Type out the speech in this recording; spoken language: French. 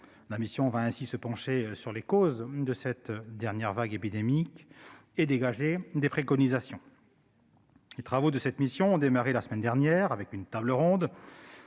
Elle va ainsi se pencher sur les causes de la dernière vague épidémique et dégager des préconisations. Les travaux de la mission ont démarré la semaine dernière, avec une table ronde